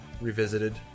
Revisited